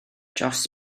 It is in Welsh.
dros